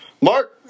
Mark